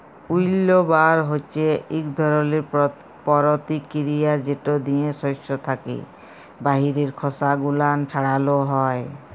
উইল্লবার হছে ইক ধরলের পরতিকিরিয়া যেট দিয়ে সস্য থ্যাকে বাহিরের খসা গুলান ছাড়ালো হয়